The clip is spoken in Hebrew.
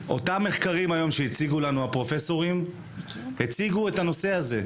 אותם מחקרים שהציגו לנו היום הפרופסורים הציגו את הנושא הזה,